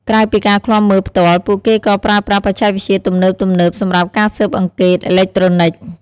ក្រៅពីការឃ្លាំមើលផ្ទាល់ ពួកគេក៏ប្រើប្រាស់បច្ចេកវិទ្យាទំនើបៗសម្រាប់ការស៊ើបអង្កេតអេឡិចត្រូនិក។